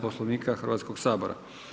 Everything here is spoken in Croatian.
Poslovnika Hrvatskog sabora.